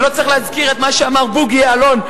לא צריך להזכיר את מה שאמר בוגי יעלון,